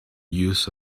use